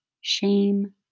shame